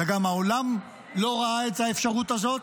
וגם העולם לא ראה את האפשרות הזאת,